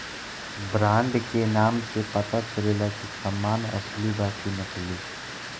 brand के नाम से पता चलेला की सामान असली बा कि नकली